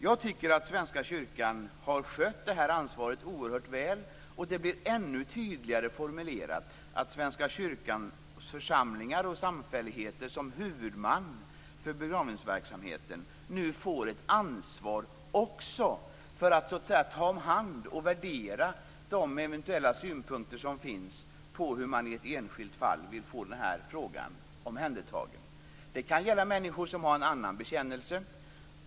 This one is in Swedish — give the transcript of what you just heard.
Jag tycker att Svenska kyrkan har skött det här ansvaret oerhört väl. Det blir ännu tydligare formulerat att Svenska kyrkans församlingar och samfälligheter, som huvudman för begravningsverksamheten, nu får ett ansvar också för att ta hand om och värdera de eventuella synpunkter som finns på hur man vill ha frågan omhändertagen i ett enskilt fall. Det kan gälla människor som har en annan bekännelse.